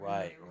Right